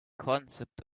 concept